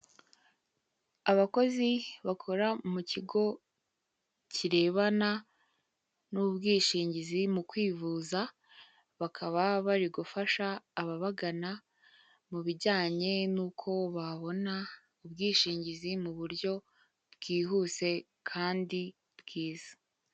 Abakozi bakora mu kigo kirebana n'ubwishingizi mu kwivuza, bakaba bari gufasha ababagana mu bijyane nuko babona ubwishingizi buryo bwihuse kandi bwiza.